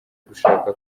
gushaka